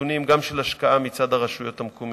נתונים של השקעה מצד הרשויות המקומיות.